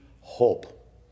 hope